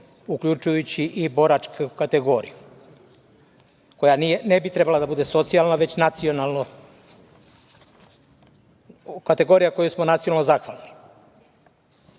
uključujući i boračku kategoriju, koja ne bi trebala da bude socijalna, već kategorija kojoj smo nacionalno zahvalni. Pre